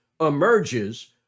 emerges